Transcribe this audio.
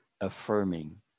affirming